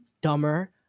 dumber